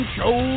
Show